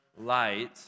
light